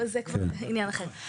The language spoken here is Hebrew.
אז זה כבר עניין אחר.